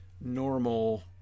normal